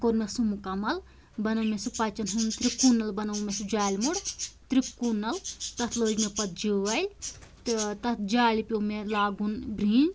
کوٚر مےٚ سُہ مکمل بَنوو مےٚ سُہ پَچیٚن ہُنٛد تِرٛکوٗنَل بَنوو مےٚ سُہ جالہِ موٚر تِرٛکوٗنَل تَتھ لٲجۍ مےٚ پَتہٕ جٲلۍ تہٕ تَتھ جالہِ پیٛو مےٚ لاگُن بِرٛنٛج